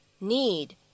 need